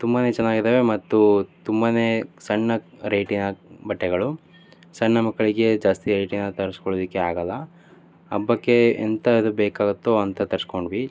ತುಂಬ ಚೆನ್ನಾಗಿದ್ದಾವೆ ಮತ್ತು ತುಂಬ ಸಣ್ಣ ರೇಟಿನ ಬಟ್ಟೆಗಳು ಸಣ್ಣ ಮಕ್ಕಳಿಗೆ ಜಾಸ್ತಿ ರೇಟಿನದ್ದು ತರಿಸ್ಕೊಳ್ಳೋದಿಕ್ಕೆ ಆಗಲ್ಲ ಹಬ್ಬಕ್ಕೆ ಎಂಥದ್ದು ಬೇಕಾಗುತ್ತೋ ಅಂಥದ್ದು ತರಿಸ್ಕೊಂಡ್ವಿ